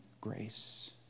grace